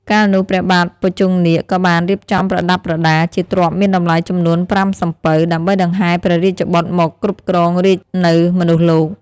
កាលនោះ ព្រះបាទភុជង្គនាគក៏បានរៀបចំប្រដាប់ប្រដា ជាទ្រព្យមានតម្លៃចំនួនប្រាំសំពៅ ដើម្បីដង្ហែព្រះរាជបុត្រមកគ្រប់គ្រងរាជ្យនៅមនុស្សលោក ។